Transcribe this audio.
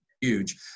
huge